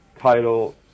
title